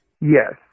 Yes